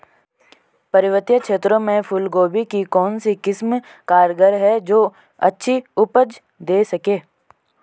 पर्वतीय क्षेत्रों में फूल गोभी की कौन सी किस्म कारगर है जो अच्छी उपज दें सके?